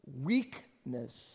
weakness